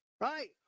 Right